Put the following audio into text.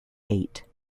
eight